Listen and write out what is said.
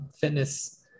fitness